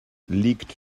liegt